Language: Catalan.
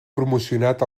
promocionat